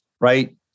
right